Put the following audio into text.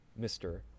Mr